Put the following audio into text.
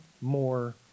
more